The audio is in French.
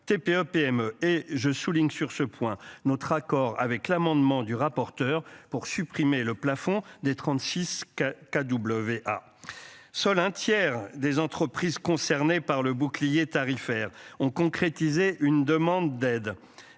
TPE-PME. Et je souligne sur ce point, notre accord avec l'amendement du rapporteur pour supprimer le plafond des 36 KW a. Seul un tiers des entreprises concernées par le bouclier tarifaire ont concrétisé une demande d'aide